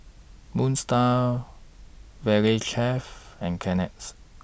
Moon STAR Valley Chef and Kleenex